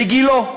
לגילו.